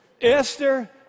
Esther